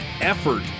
effort